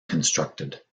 constructed